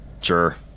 Sure